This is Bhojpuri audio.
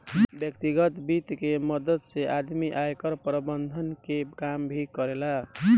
व्यतिगत वित्त के मदद से आदमी आयकर प्रबंधन के काम भी करेला